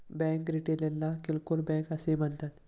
bank रिटेलला किरकोळ bank असेही म्हणतात